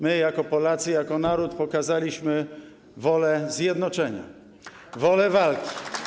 My jako Polacy, jako naród pokazaliśmy wolę zjednoczenia, wolę walki.